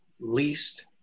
least